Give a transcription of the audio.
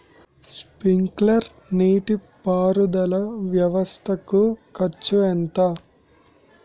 Sprinkler నీటిపారుదల వ్వవస్థ కు ఖర్చు ఎంత?